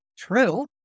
True